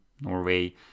Norway